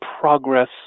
progress